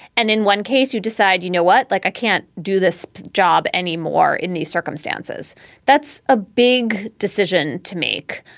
and in one case, you decide, you know what? like i can't do this job anymore in these circumstances that's a big decision to make.